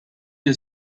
few